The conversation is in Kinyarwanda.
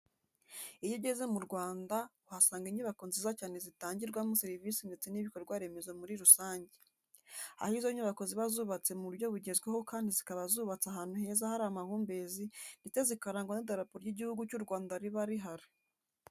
Iyo ugeze mu Rwanda uhasanga inyubako nziza cyane zitangirwamo serivisi ndetse n'ibikorwa remezo muri rusange, aho izo nyubako ziba zubatse mu buryo bugezweho kandi zikaba zubatse ahantu heza hari amahumbezi ndetse zikarangwa n'idarapo ry'Igihugu cy'u Rwanda riba rihari.